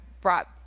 brought